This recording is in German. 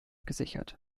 gesichert